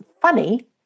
funny